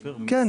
כן.